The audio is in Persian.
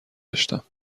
داشتم